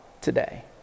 today